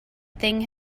thing